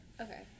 Okay